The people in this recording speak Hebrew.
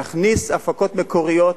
להכניס הפקות מקוריות